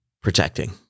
protecting